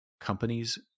companies